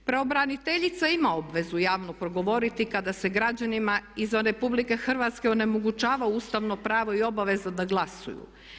Pravobraniteljica ima obvezu javno progovoriti kada se građanima izvan RH onemogućava ustavno pravo i obaveza da glasuju.